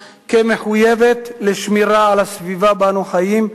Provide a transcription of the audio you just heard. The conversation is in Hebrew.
כמחויבת לשמירה על הסביבה שבה אנו חיים,